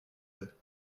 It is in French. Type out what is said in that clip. deux